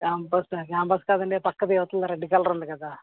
క్యాంపస్సా campus కాదండి ఆ పక్కది అట్లాది రెడ్డు కలర్ ఉంది కదా